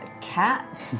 cat